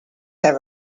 have